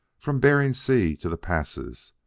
from bering sea to the passes,